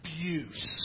abuse